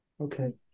Okay